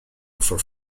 for